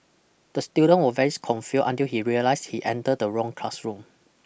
the student was very confuse until he realised he enter the wrong classroom